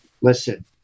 listen